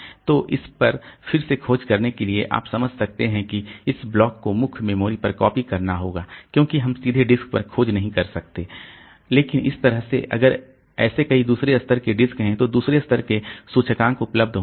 तो इस पर फिर से खोज करने के लिए आप समझ सकते हैं कि इस ब्लॉक को मुख्य मेमोरी पर कॉपी करना होगा क्योंकि हम सीधे डिस्क पर खोज नहीं सकते लेकिन इस तरह से अगर ऐसे कई दूसरे स्तर के डिस्क हैं तो दूसरे स्तर के सूचकांक उपलब्ध होंगे